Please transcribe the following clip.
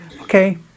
Okay